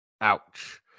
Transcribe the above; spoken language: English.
Ouch